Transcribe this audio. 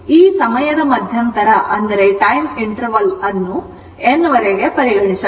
ಈ ಸಮಯದ ಮಧ್ಯಂತರ ವನ್ನು n ವರೆಗೆ ಪರಿಗಣಿಸಬೇಕು